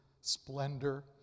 splendor